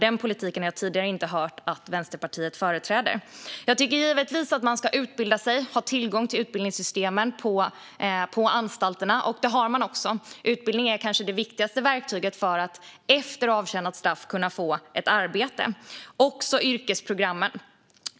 Denna politik har jag inte tidigare hört att Vänsterpartiet företräder. Jag tycker givetvis att man ska utbilda sig och ha tillgång till utbildningssystemen på anstalterna, och det har man också. Utbildning - även yrkesprogrammen - är kanske det viktigaste verktyget för att efter avtjänat straff kunna få ett arbete.